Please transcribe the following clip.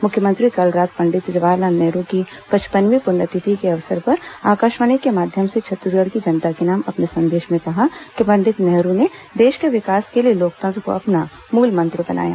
मुख्यमंत्री कल रात पंडित जवाहरलाल नेहरू की पचपनवीं पुण्यतिथि के अवसर पर आकाशवाणी के माध्यम से छत्तीसगढ़ की जनता के नाम अपने संदेश में कहा कि पंडित नेहरू ने देश के विकास के लिए लोकतंत्र को अपना मूलमंत्र बनाया